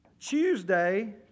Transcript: Tuesday